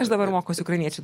aš dabar mokausi ukrainiečių